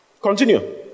Continue